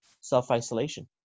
self-isolation